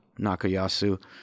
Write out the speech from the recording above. Nakayasu